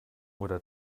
oder